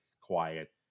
quiet